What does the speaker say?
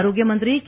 આરોગ્યમંત્રી કે